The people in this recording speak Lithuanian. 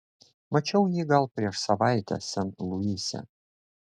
mačiau jį gal prieš savaitę sen luise